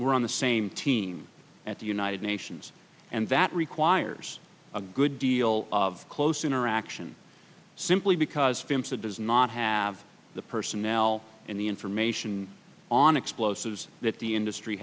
we're on the same team at the united nations and that requires a good deal of close interaction simply because films that does not have the personnel and the information on explosives that the industry